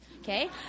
okay